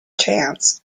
chance